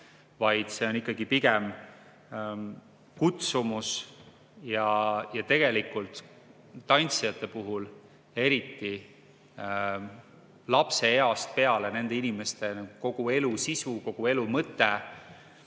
vaid see on ikkagi pigem kutsumus. Tantsijate puhul eriti on see lapseeast peale nende inimeste kogu elu sisu, kogu elu mõte.